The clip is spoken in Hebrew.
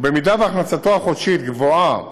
ובמידה שהכנסתו החודשית גבוהה